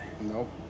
Nope